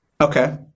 Okay